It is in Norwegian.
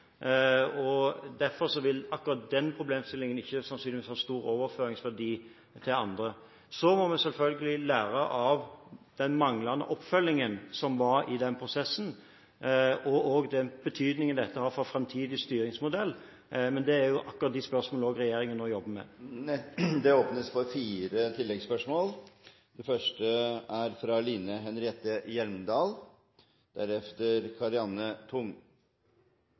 og derfor vil akkurat den problemstillingen sannsynligvis ikke ha stor overføringsverdi til andre. Vi må selvfølgelig lære av den manglende oppfølgingen som var i den prosessen, og også betydningen dette har for en framtidig styringsmodell, men det er jo akkurat de spørsmål regjeringen nå jobber med. Det blir gitt anledning til fire oppfølgingsspørsmål – først Line Henriette